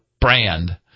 brand